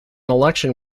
election